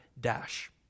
dash